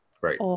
Right